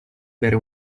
bere